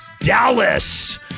dallas